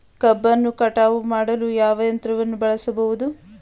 ಕಬ್ಬನ್ನು ಕಟಾವು ಮಾಡಲು ಯಾವ ಯಂತ್ರವನ್ನು ಬಳಸಬಹುದು?